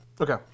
Okay